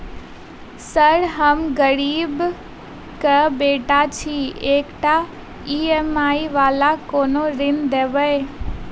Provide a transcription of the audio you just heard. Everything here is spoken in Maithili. सर हम गरीबक बेटा छी एकटा ई.एम.आई वला कोनो ऋण देबै?